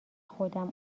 خودم